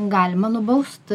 galima nubaust